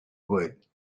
wood